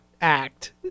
act